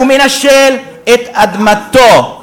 ומנשל את אדמתו?